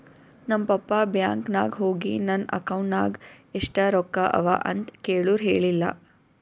ನಮ್ papa bank ನಾಗ್ ಹೋಗಿ ನನ್ ಅಕೌಂಟ್ ನಾಗ್ ಎಷ್ಟ ರೊಕ್ಕಾ ಅವಾ ಅಂತ್ ಕೇಳುರ್ ಹೇಳಿಲ್ಲ